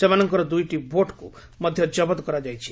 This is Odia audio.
ସେମାନଙ୍କର ଦୁଇଟି ବୋଟ୍କୁ ମଧ୍ୟ କବତ କରାଯାଇଛି